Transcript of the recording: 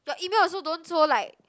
your email also don't so like